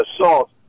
assault